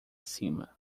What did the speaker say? cima